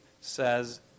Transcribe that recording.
says